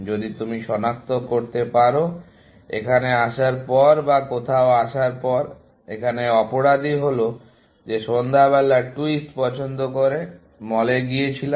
যদি তুমি শনাক্ত করতে পারো এখানে আসার পর না কোথাও আসার পর এখানে অপরাধী হলো যে সন্ধ্যেবেলা টুইস্ট পছন্দ করে মলে গিয়েছিলাম